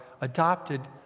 adopted